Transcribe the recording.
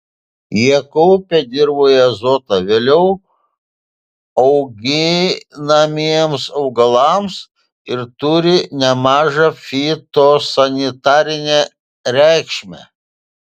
jie kaupia dirvoje azotą vėliau auginamiems augalams ir turi nemažą fitosanitarinę reikšmę